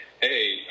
Hey